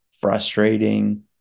frustrating